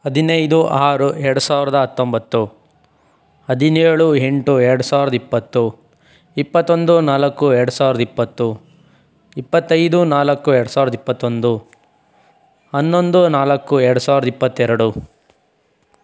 ಹದಿನೈದು ಆರು ಎರಡು ಸಾವಿರದ ಹತ್ತೊಂಬತ್ತು ಹದಿನೇಳು ಎಂಟು ಎರಡು ಸಾವಿರ್ದ ಇಪ್ಪತ್ತು ಇಪ್ಪತ್ತೊಂದು ನಾಲ್ಕು ಎರಡು ಸಾವಿರ್ದ ಇಪ್ಪತ್ತು ಇಪ್ಪತ್ತೈದು ನಾಲ್ಕು ಎರಡು ಸಾವಿರ್ದ ಇಪ್ಪತ್ತೊಂದು ಹನ್ನೊಂದು ನಾಲ್ಕು ಎರಡು ಸಾವಿರ್ದ ಇಪ್ಪತ್ತೆರಡು